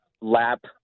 lap